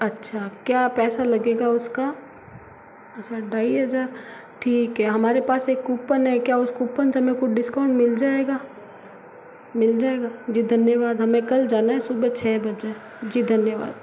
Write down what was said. अच्छा क्या पैसा लगेगा उसका अच्छा ढाई हज़ार ठीक है हमारे पास एक कूपन है क्या उस कूपन से हमें कुछ डिस्काउंट मिल जाएगा मिल जाएगा जी धन्यवाद हमें कल जाना है सुबह छः बजे जी धन्यवाद